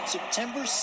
September